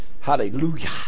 Hallelujah